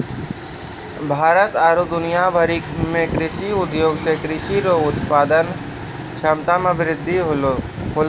भारत आरु दुनिया भरि मे कृषि उद्योग से कृषि रो उत्पादन क्षमता मे वृद्धि होलै